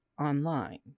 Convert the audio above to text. online